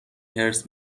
حرص